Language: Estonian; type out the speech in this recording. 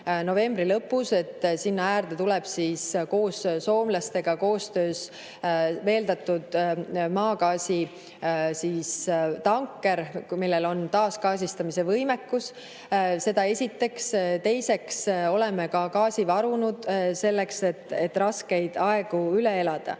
novembri lõpus. Sinna äärde tuleb koostöös soomlastega veeldatud maagaasi tanker, millel on taasgaasistamise võimekus. Seda esiteks. Teiseks oleme ka gaasi varunud, selleks et raskeid aegu üle elada.